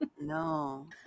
no